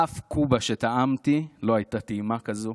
אף קובה שטעמתי לא הייתה טעימה כזו,